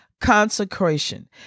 Consecration